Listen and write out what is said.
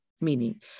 meaning